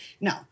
no